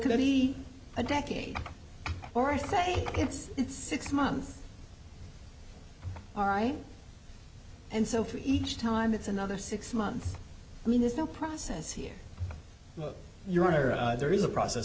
could be a decade or i say it's it's six months all right and so for each time it's another six months i mean there's no process here your honor there is a process